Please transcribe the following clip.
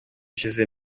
ishize